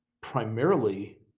primarily